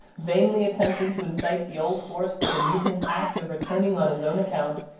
vainly attempting to incite the old horse to the mutinous act of returning on his own account,